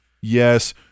Yes